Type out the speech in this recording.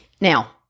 Now